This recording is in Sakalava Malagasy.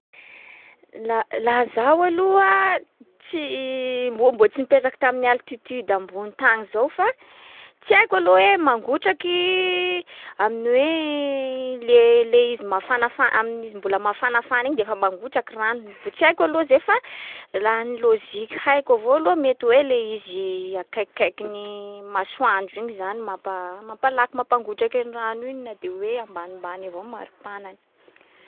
La- laha zaho aloha a tsy- mbô- mbô tsy nipetraky tamin’ny altitude ambony tagny zao f a tsy haiko aloha hoe mangotraky amin’ny hoe le- le izy mafanafa- amin’izy mbola mafanafana igny de fa mangotraky rano. De tsy haiko aloha zay fa laha ny lôziky haiko avao aloha mety hoe le izy akaikikaikin'ny masoandro igny zany mampa- mampalaky mampangotraky ny rano iny na de hoe ambanimbany avao maripanany.